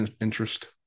interest